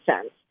cents